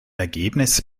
ergebnis